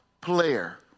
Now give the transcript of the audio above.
player